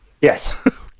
Yes